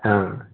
हाँ